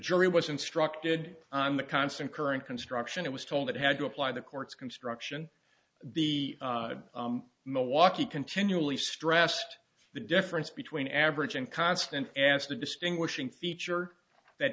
jury was instructed on the constant current construction it was told it had to apply the court's construction the milwaukee continually stressed the difference between average and constant asked a distinguishing feature that